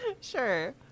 Sure